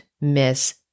miss